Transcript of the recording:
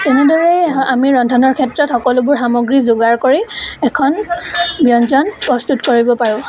তেনেদৰেই আমি ৰন্ধনৰ ক্ষেত্ৰত সকলোবোৰ সামগ্ৰী যোগাৰ কৰি এখন ব্যঞ্জন প্ৰস্তুত কৰিব পাৰোঁ